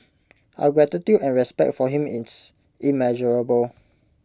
our gratitude and respect for him is immeasurable